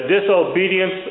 disobedience